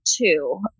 two